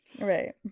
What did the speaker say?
Right